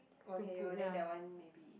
okay lor then that one maybe